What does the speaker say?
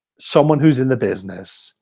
someone who's in the business.